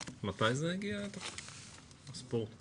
קודם כל רציתי להגיד לך תודה רבה על המחויבות שלך